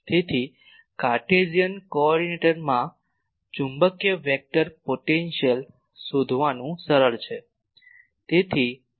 તેથી કાર્ટેશિયન કોઓર્ડિનેટમાં ચુંબકીય વેક્ટર પોટેન્શિયલ શોધવાનું સરળ છે